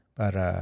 para